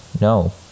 No